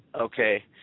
Okay